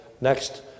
next